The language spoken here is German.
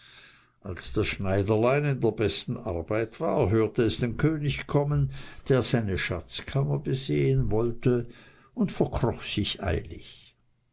als das schneiderlein in der besten arbeit war hörte es den könig kommen der seine schatzkammer besehen wollte und verkroch sich eilig